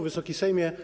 Wysoki Sejmie!